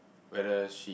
whether she